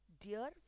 dear